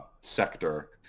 sector